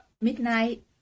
midnight